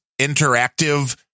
interactive